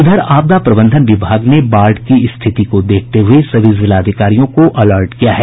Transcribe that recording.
इधर आपदा प्रबंधन विभाग ने बाढ़ की स्थिति को देखते हये सभी जिलाधिकारियों को अलर्ट किया है